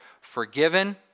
Forgiven